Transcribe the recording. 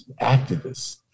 Activists